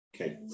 Okay